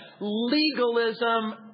legalism